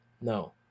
No